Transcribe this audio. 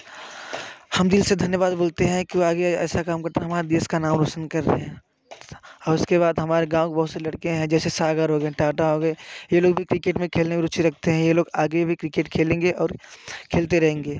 हम दिल से धन्यवाद बोलते हैं की वह आगे ऐसा काम करता हमारे देश का नाम रोशन कर रहे हैं और उसके बाद हमारे गाँव बहुत से लड़के हैं जैसे सागर हो गए टाटा हो गए यह लोग भी क्रिकेट में खेलने रुचि रखते हैं यह लोग आगे भी क्रिकेट खेलेंगे और खेलते रहेंगे